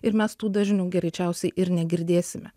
ir mes tų dažnių greičiausiai ir negirdėsime